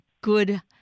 good